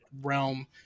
realm